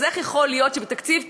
אז איך יכול להיות שבתקציב כזה,